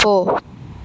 போ